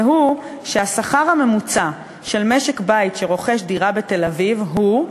והוא שהשכר הממוצע של משק-בית שרוכש דירה בתל-אביב הוא,